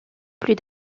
plus